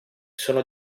sono